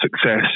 success